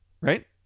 Right